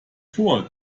vor